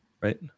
right